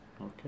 Okay